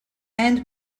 and